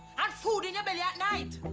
and food in your belly at night!